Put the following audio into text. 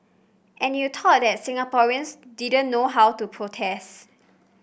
and you thought that Singaporeans didn't know how to protest